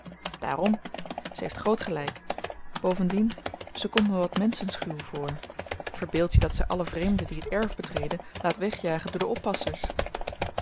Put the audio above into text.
daarom ze heeft groot gelyk bovendien ze komt me wat menschenschuw voor verbeeld je dat zy alle vreemden die t erf betreden laat wegjagen door de oppassers